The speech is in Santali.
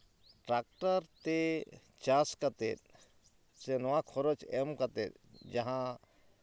ᱴᱨᱟᱠᱴᱟᱨ ᱛᱮ ᱪᱟᱥ ᱠᱟᱛᱮᱫ ᱥᱮ ᱱᱚᱣᱟ ᱠᱷᱚᱨᱚᱪ ᱮᱢ ᱠᱟᱛᱮᱫ ᱡᱟᱦᱟᱸ